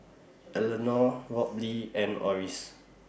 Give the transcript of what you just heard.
Elenor Robley and Oris